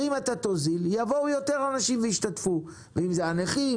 ואם היא תוזיל יבואו יותר אנשים וישתתפו - נכים,